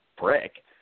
brick